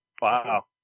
Wow